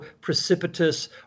precipitous